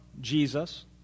Jesus